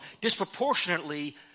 disproportionately